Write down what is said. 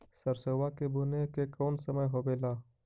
सरसोबा के बुने के कौन समय होबे ला?